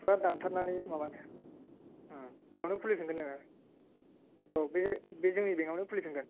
फुरा दानथारनानै माबानो बेवनो खुलिफिनगोन नोङो औ बे बे जोंनि बेंकआवनो खुलि फिनगोन